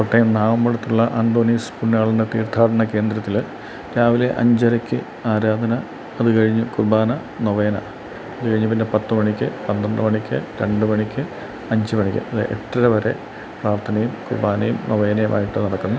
കോട്ടയം നാഗംപടത്തുള്ള അന്തോണീസ് പുണ്യാളൻ്റെ തീർത്ഥാടന കേന്ദ്രത്തിൽ രാവിലെ അഞ്ചരക്ക് ആരാധന അതു കഴിഞ്ഞു കുറുബാന നൊവേന അതുകഴിഞ്ഞു പിന്നെ പത്തുമണിക്ക് പന്ത്രണ്ട് മണിക്ക് രണ്ടു മണിക്ക് അഞ്ചുമണിക്ക് അത് എട്ടര വരെ പ്രാർത്ഥനയും കുറുബാനയും നോവേനയുമായിട്ടു നടക്കുന്നു